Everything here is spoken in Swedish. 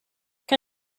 kan